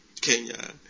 Kenya